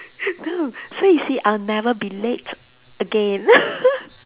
no so you see I'll never be late again